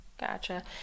Gotcha